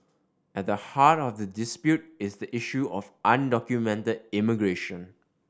at the heart of the dispute is the issue of undocumented immigration